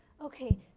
Okay